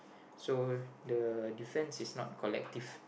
so the defence is not collective